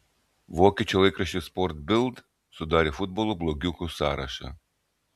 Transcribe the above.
vokiečių laikraštis sport bild sudarė futbolo blogiukų sąrašą